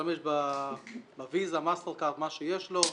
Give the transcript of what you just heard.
משתמש בוויזה, במאסטרקרד, במה שיש לו,